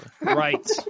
Right